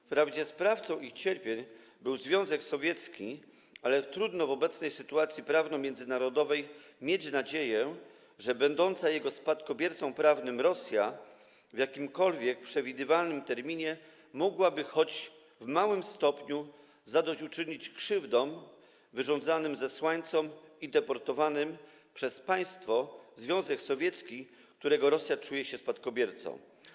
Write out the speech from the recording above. Wprawdzie sprawcą ich cierpień był Związek Sowiecki, ale trudno w obecnej sytuacji prawno-międzynarodowej mieć nadzieję, że będąca jego spadkobiercą prawnym Rosja w jakimkolwiek przewidywalnym terminie mogłaby choć w małym stopniu zadośćuczynić krzywdom wyrządzonym zesłańcom i deportowanym przez państwo - Związek Sowiecki - którego Rosja czuje się spadkobiercą.